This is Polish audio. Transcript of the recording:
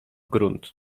grunt